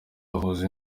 bahuza